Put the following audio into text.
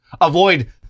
avoid